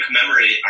commemorate